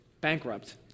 bankrupt